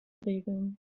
regeln